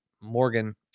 Morgan